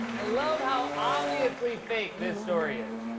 i love how obviously fake this story is.